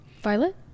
Violet